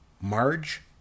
Marge